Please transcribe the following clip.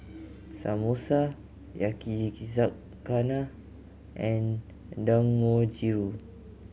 Samosa Yaki zakana and Dangojiru